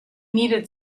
needed